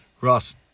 Ross